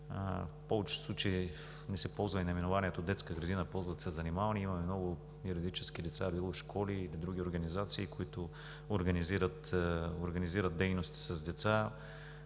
В повечето случаи не се ползва наименованието детска градина, ползва се занимални. Имаме много юридически лица – било школи, или други организации, които организират дейности с деца.